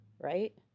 right